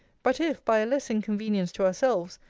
but if, by a less inconvenience to ourselves,